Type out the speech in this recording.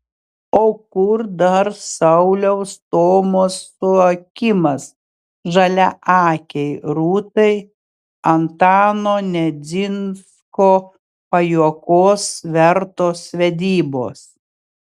o kur dar sauliaus stomos suokimas žaliaakei rūtai antano nedzinsko pajuokos vertos vedybos